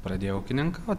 pradėjau ūkininkaut